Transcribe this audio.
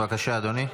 בבקשה, אדוני.